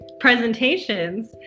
presentations